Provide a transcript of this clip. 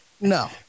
no